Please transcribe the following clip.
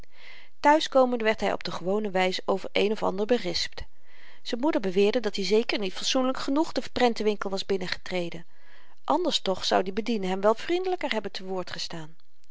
thuis komende werd hy op de gewone wys over een of ander berispt z'n moeder beweerde dat-i zeker niet fatsoenlyk genoeg den prentenwinkel was binnengetreden anders toch zou die bediende hem wel vriendelyker hebben te woord gestaan